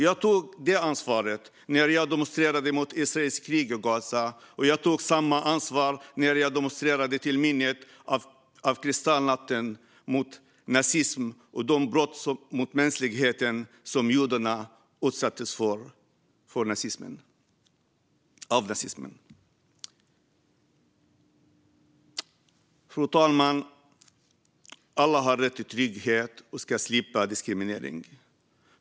Jag tog det ansvaret när jag demonstrerade mot Israels krig i Gaza, och jag tog samma ansvar när jag demonstrerade till minnet av kristallnatten, mot nazism och mot de brott mot mänskligheten som judarna utsattes för av nazisterna. Fru talman! Alla har rätt till trygghet och att slippa diskriminering.